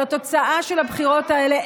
אבל התוצאה של הבחירות האלה,